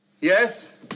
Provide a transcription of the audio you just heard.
Yes